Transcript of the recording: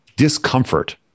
discomfort